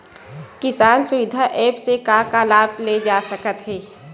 किसान सुविधा एप्प से का का लाभ ले जा सकत हे?